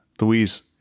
louise